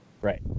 right